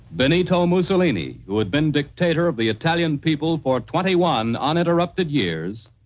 benito mussolini, who had been dictator of the italian people for twenty one uninterrupted years,